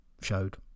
showed